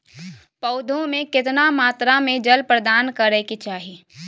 पौधों में केतना मात्रा में जल प्रदान करै के चाही?